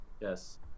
Yes